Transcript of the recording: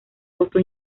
auto